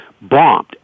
bombed